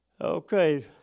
Okay